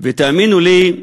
ותאמינו לי,